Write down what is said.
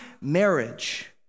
marriage